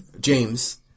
James